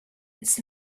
its